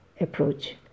approach